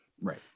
Right